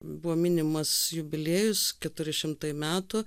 buvo minimas jubiliejus keturi šimtai metų